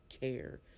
care